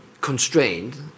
constrained